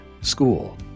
school